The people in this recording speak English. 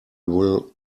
will